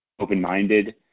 open-minded